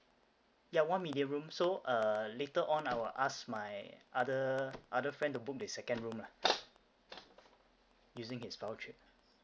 ya one medium room so uh later on I will ask my other other friend to book the second room lah using his voucher